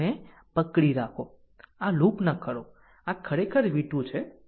v2 ને પકડી રાખો આ લૂપ ન કરો આ ખરેખર v2 છે